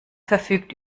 verfügt